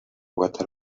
what